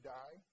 die